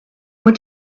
went